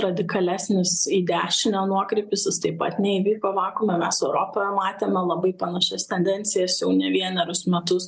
radikalesnis į dešinę nuokrypis jis taip pat neįvyko vakuume mes europoje matėme labai panašias tendencijas jau ne vienerius metus